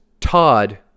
todd